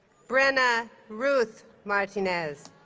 brenna ruth martinez